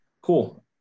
Cool